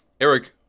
Eric